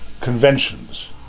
conventions